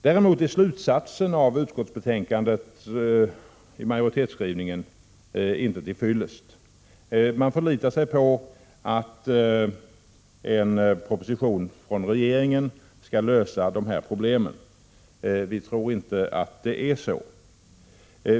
Däremot är slutsatsen i majoritetsskrivningen i utskottsbetänkandet inte till fyllest. Man förlitar sig på att en proposition från regeringen skall lösa de här problemen. Vi tror inte det.